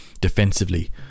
Defensively